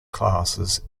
classes